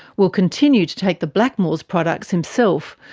will continue to take the blackmores products himself,